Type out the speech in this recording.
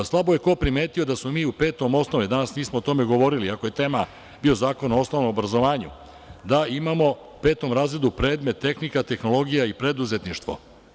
Slabo je ko primetio da smo mi u petom osnovne, danas nismo o tome govorili, ako je tema bio Zakon o osnovnom obrazovanju, da imamo u petom razredu predmet – tehnika, tehnologija i preduzetništvo.